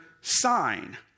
sign